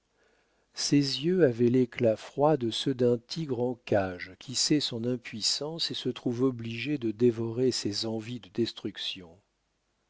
ses yeux avaient l'éclat froid de ceux d'un tigre en cage qui sait son impuissance et se trouve obligé de dévorer ses envies de destruction